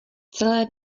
celé